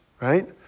right